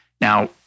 Now